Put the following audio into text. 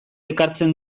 ekartzen